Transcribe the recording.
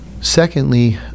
secondly